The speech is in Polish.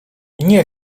nie